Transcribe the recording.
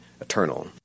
eternal